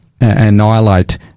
annihilate